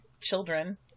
children